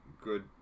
good